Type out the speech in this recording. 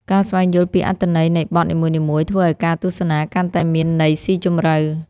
ការស្វែងយល់ពីអត្ថន័យនៃបទនីមួយៗ ធ្វើឱ្យការទស្សនាកាន់តែមានន័យស៊ីជម្រៅ។